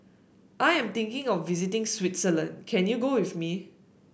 I am thinking of visiting Switzerland can you go with me